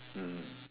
mm